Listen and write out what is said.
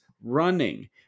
running